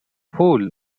fool